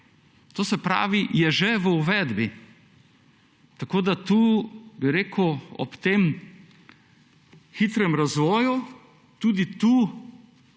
To se pravi, je že v uvedbi, tako da tu, bi rekel, ob tem hitrem razvoju, tudi tu